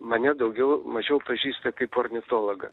mane daugiau mažiau pažįsta kaip ornitologą